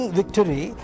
victory